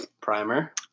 Primer